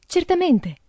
Certamente